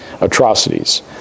atrocities